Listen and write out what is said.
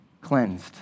cleansed